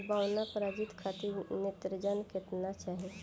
बौना प्रजाति खातिर नेत्रजन केतना चाही?